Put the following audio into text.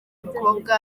mukobwa